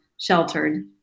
sheltered